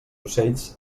ocells